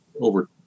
over